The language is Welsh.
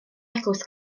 eglwys